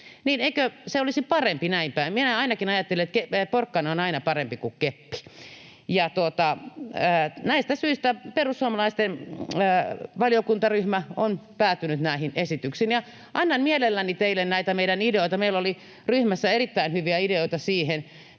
Eikö se olisi parempi näin päin? Minä ainakin ajattelen, että porkkana on aina parempi kuin keppi. Näistä syistä perussuomalaisten valiokuntaryhmä on päätynyt näihin esityksiin, ja annan mielelläni teille näitä meidän ideoita — meillä oli ryhmässä erittäin hyviä ideoita siihen,